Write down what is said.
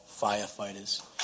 firefighters